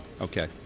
Okay